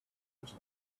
does